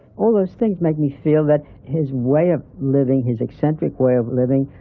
all those things made me feel that his way of living, his eccentric way of living,